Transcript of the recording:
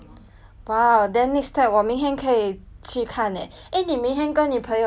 去看 eh eh 你每天跟你朋友去吃你吃完 liao 后有什么 plans leh